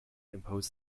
imposed